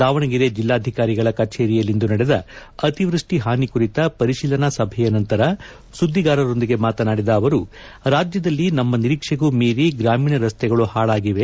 ದಾವಣಗೆರೆ ಜಿಲ್ಲಾಧಿಕಾರಿಗಳ ಕಚೇರಿಯಲ್ಲಿಂದು ನಡೆದ ಅತಿವೃಷ್ಟಿ ಹಾನಿ ಕುರಿತ ಪರಿಶೀಲನಾ ಸಭೆಯ ನಂತರ ಸುದ್ದಿಗಾರರೊಂದಿಗೆ ಮಾತನಾಡಿದ ಅವರು ರಾಜ್ಯದಲ್ಲಿ ನಮ್ಮ ನಿರೀಕ್ಷೆಗೂ ಮೀರಿ ಗ್ರಾಮೀಣ ರಸ್ತೆಗಳು ಹಾಳಾಗಿವೆ